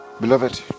Beloved